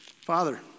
Father